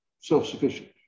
self-sufficient